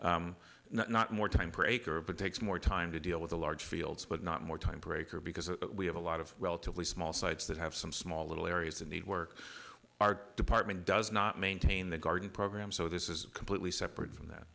not more time per acre but takes more time to deal with a large fields but not more time breaker because we have a lot of relatively small sites that have some small little areas that need work our department does not maintain the garden program so this is completely separate from that